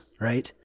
right